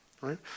right